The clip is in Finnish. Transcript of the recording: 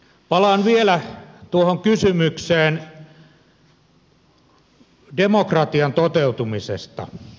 palaan vielä tuohon kysymykseen demokratian toteutumisesta